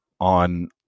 on